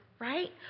Right